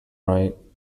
right